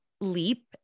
leap